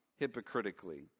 hypocritically